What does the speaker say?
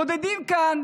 בודדים כאן